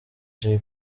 jay